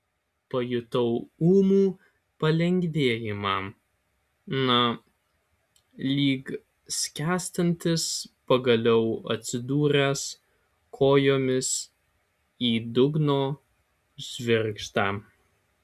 pajutau ūmų palengvėjimą na lyg skęstantis pagaliau atsidūręs kojomis į dugno žvirgždą